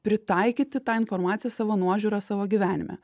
pritaikyti tą informaciją savo nuožiūra savo gyvenime